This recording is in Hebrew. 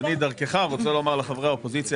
אז אני דרכך רוצה לומר לחברי האופוזיציה